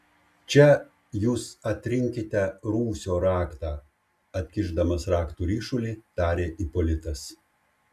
čia jūs atrinkite rūsio raktą atkišdamas raktų ryšulį tarė ipolitas